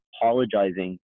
apologizing